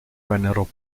vennero